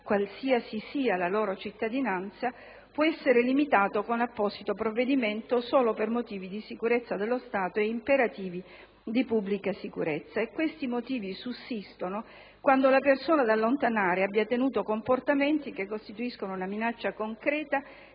qualsiasi sia la loro cittadinanza, può essere limitato con apposito provvedimento solo per motivi di sicurezza dello Stato e motivi imperativi di pubblica sicurezza. Questi motivi sussistono quando la persona da allontanare abbia tenuto comportamenti che costituiscono una minaccia concreta,